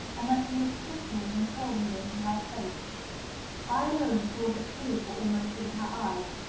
and that he looked quickly and imploringly into her face i alone saw that tears were almost in her eyes.